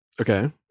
Okay